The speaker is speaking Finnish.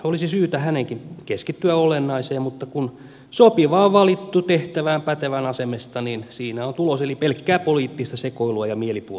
olisi syytä hänenkin keskittyä olennaiseen mutta kun sopiva on valittu tehtävään pätevän asemesta niin siinä on tulos eli pelkkää poliittista sekoilua ja mielipuolisuutta